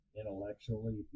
intellectually